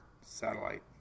satellite